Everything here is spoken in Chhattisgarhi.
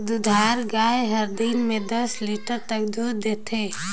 दूधाएर गाय हर दिन में दस लीटर तक दूद देथे